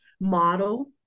model